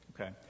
Okay